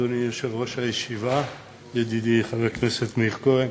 אדוני יושב-ראש הישיבה ידידי חבר הכנסת מאיר כהן,